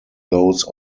those